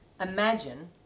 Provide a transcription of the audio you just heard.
imagine